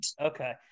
Okay